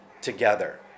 together